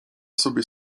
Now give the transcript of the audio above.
sobie